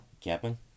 Captain